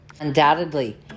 Undoubtedly